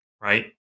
right